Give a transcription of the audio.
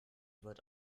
wird